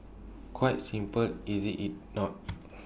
quite simple is IT it not